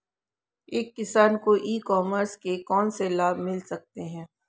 एक किसान को ई कॉमर्स के कौनसे लाभ मिल सकते हैं?